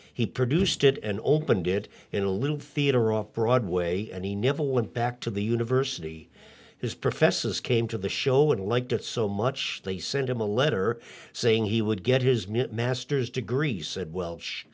he produced it and opened it in a little theater on broadway and he never went back to the university his professors came to the show and liked it so much they sent him a letter saying he would get his master's degree said welsh